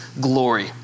glory